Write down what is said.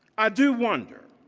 i do wonder,